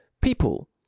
people